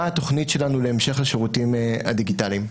מה התכנית שלנו להמשך השירותים הדיגיטליים.